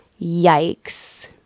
Yikes